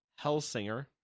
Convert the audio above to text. hellsinger